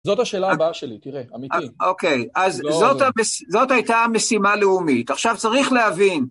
זאת השאלה הבאה שלי, תראה, אמיתית. אוקיי, אז זאת הייתה המשימה הלאומית, עכשיו צריך להבין...